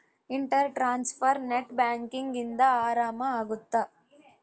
inter transfer net banking ಇಂದ ಆರಾಮ ಅಗುತ್ತ